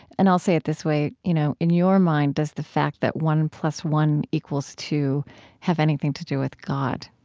and i'll say it this way, you know in your mind, does the fact that one plus one equals two have anything to do with god?